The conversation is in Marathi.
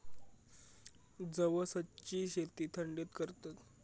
जवसची शेती थंडीत करतत